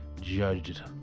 judged